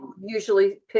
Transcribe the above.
usually